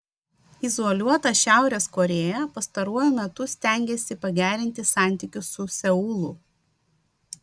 izoliuota šiaurės korėja pastaruoju metu stengiasi pagerinti santykius su seulu